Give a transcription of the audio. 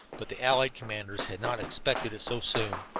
but the allied commanders had not expected it so soon,